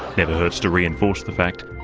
never hurts to reinforce the fact.